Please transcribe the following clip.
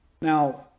Now